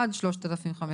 עד 3,500 שקלים.